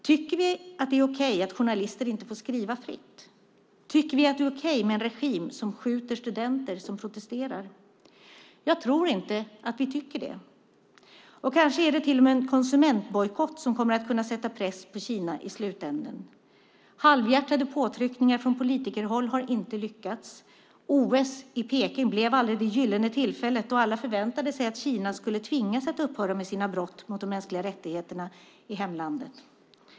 Tycker vi att det är okej att journalister inte får skriva fritt? Tycker vi att det är okej med en regim som skjuter studenter som protesterar? Jag tror inte att vi tycker det. Och kanske är det till och med en konsumentbojkott som kommer att kunna sätta press på Kina i slutänden. Halvhjärtade påtryckningar från politikerhåll har inte lyckats. OS i Peking blev aldrig det gyllene tillfälle då alla förväntade sig att Kina skulle tvingas att upphöra med sina brott mot de mänskliga rättigheterna i hemlandet.